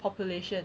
population